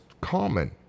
common